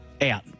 out